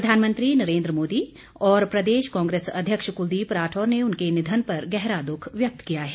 प्रधानमंत्री नरेन्द्र मोदी और प्रदेश कांग्रेस अध्यक्ष कुलदीप राठौर ने उनके निधन पर गहरा दुख व्यक्त किया है